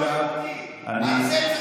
אני,